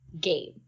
game